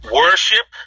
worship